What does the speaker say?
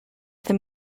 their